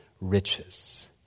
riches